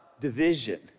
division